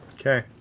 Okay